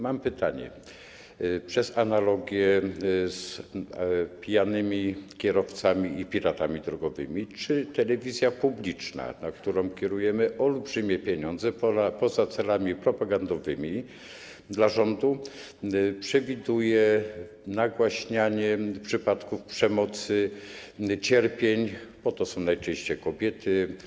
Mam pytanie przez analogię z pijanymi kierowcami i piratami drogowymi: Czy telewizja publiczna, na którą kierujemy olbrzymie pieniądze, poza celami propagandowymi dla rządu przewiduje nagłaśnianie przypadków przemocy, cierpień, bo to są najczęściej kobiety?